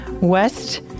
West